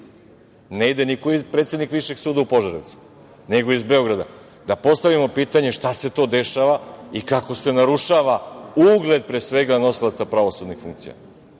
ne ide predsednik višeg suda u Požarevcu, nego iz Beograda, da postavimo pitanje šta se to dešava i kako se narušava ugled pre svega nosilaca pravosudnih funkcija?